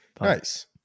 nice